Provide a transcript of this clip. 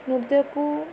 ନୃତ୍ୟକୁ